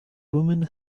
woman